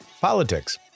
politics